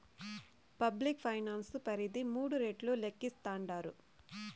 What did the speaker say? public finance పరిధి మూడు రెట్లు లేక్కేస్తాండారు